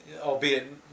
albeit